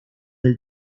del